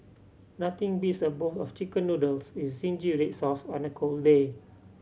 nothing beats a bowl of Chicken Noodles with zingy red sauce on a cold day